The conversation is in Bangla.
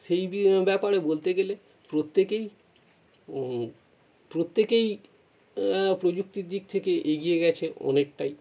সেই বে ব্যাপারে বলতে গেলে প্রত্যেকেই প্রত্যেকেই প্রযুক্তির দিক থেকে এগিয়ে গেছে অনেকটাই